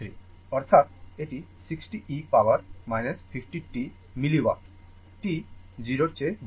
অর্থাৎ এটি 60 e power 50 t milliwatt t 0 এর চেয়ে বড়